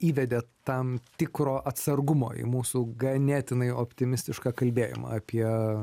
įvedė tam tikro atsargumo į mūsų ganėtinai optimistišką kalbėjimą apie